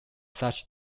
such